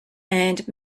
and